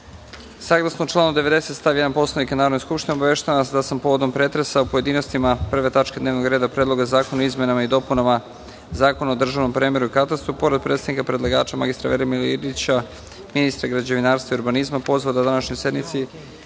salu. Saglasno članu 90. stav 1. Poslovnika Narodne skupštine, obaveštavam vas da sam povodom pretresa u pojedinostima prve tačke dnevnog reda Predloga zakona o izmenama i dopunama Zakona o državnom premeru i katastru, pored predstavnika predlagača mr Velimira Ilića, ministra građevinarstva i urbanizma, pozvao da današnjoj sednici